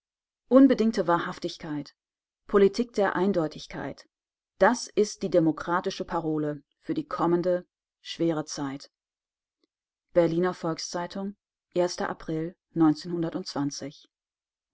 unbedingte wahrhaftigkeit politik der eindeutigkeit das ist die demokratische parole für die kommende schwere zeit berliner volks-zeitung april